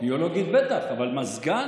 ביולוגית בטח, אבל מזגן?